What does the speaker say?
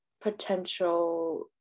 potential